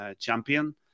champion